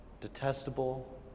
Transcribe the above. detestable